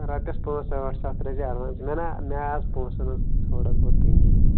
رۄپیس پانٛژھ أٹھ ساس ترٛأۍزِ ایٚڈوانس مےٚ نا مےٚ ہا اَز پوٗنٛسن ہُنٛد تھوڑا بہت تٔنگی